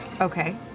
Okay